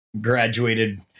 graduated